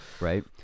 Right